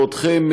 בעודכם,